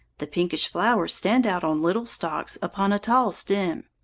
the pinkish flowers stand out on little stalks upon a tall stem.